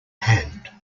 hand